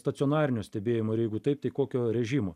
stacionarinio stebėjimo ir jeigu taip tai kokio režimo